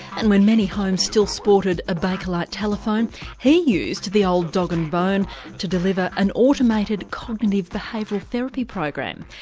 and when many homes still sported a bakelite telephone he used the old dog and bone to deliver an automated cognitive behavioural therapy program.